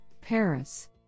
Paris